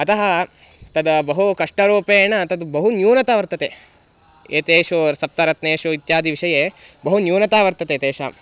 अतः तद् बहु कष्टरूपेण तद् बहु न्यूनता वर्तते एतेषु सप्तरत्नेषु इत्यादिविषयेषु बहु न्यूनता वर्तते तेषाम्